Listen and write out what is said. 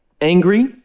angry